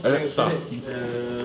then after that err